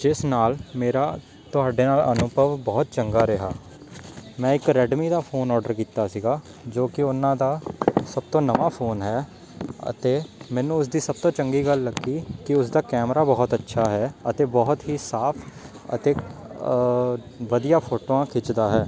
ਜਿਸ ਨਾਲ ਮੇਰਾ ਤੁਹਾਡੇ ਨਾਲ ਅਨੁਭਵ ਬਹੁਤ ਚੰਗਾ ਰਿਹਾ ਮੈਂ ਇੱਕ ਰੈਡਮੀ ਦਾ ਫੋਨ ਔਡਰ ਕੀਤਾ ਸੀਗਾ ਜੋ ਕਿ ਉਹਨਾਂ ਦਾ ਸਭ ਤੋਂ ਨਵਾਂ ਫੋਨ ਹੈ ਅਤੇ ਮੈਨੂੰ ਉਸ ਦੀ ਸਭ ਤੋਂ ਚੰਗੀ ਗੱਲ ਲੱਗੀ ਕਿ ਉਸਦਾ ਕੈਮਰਾ ਬਹੁਤ ਅੱਛਾ ਹੈ ਅਤੇ ਬਹੁਤ ਹੀ ਸਾਫ ਅਤੇ ਵਧੀਆ ਫੋਟੋਆਂ ਖਿੱਚਦਾ ਹੈ